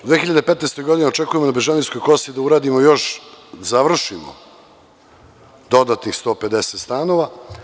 U 2015. godini očekujemo na Bežanijskoj kosi da završimo dodatnih 150 stanova.